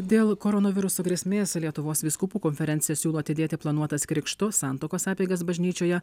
dėl koronaviruso grėsmės lietuvos vyskupų konferencija siūlo atidėti planuotas krikšto santuokos apeigas bažnyčioje